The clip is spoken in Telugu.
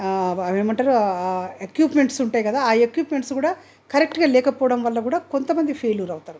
ఏమంటారు ఎక్విప్మెంట్స్ ఉంటాయి కదా ఆ ఎక్విప్మెంట్స్ కూడా కరెక్ట్గా లేకపోవడం వల్ల కూడా కొంత మంది ఫెయిల్యూర్ అవుతారు